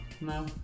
No